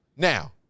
Now